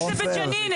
יום נכבה תעשה בג'נין.